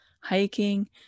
hiking